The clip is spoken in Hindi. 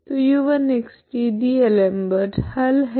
तो u1xt डी'एलमबर्ट हल है